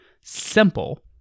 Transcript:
simple